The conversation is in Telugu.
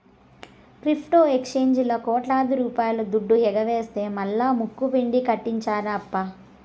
క్రిప్టో ఎక్సేంజీల్లా కోట్లాది రూపాయల దుడ్డు ఎగవేస్తె మల్లా ముక్కుపిండి కట్టించినార్ప